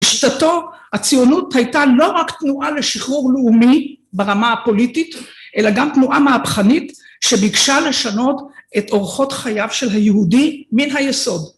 שיטתו, הציונות הייתה לא רק תנועה לשחרור לאומי ברמה הפוליטית, אלא גם תנועה מהפכנית שביקשה לשנות את אורחות חייו של היהודי מן היסוד.